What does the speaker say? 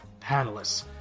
panelists